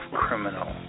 criminal